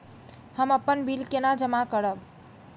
हम अपन बिल केना जमा करब?